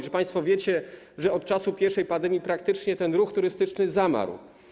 Czy państwo wiecie, że od czasu pierwszej pandemii praktycznie ten ruch turystyczny zamarł?